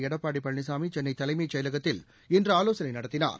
எடப்பாடி பழனிசாமி சென்னை தலைமைச் செயலகத்தில் இன்று ஆலோசனை நடத்தினார்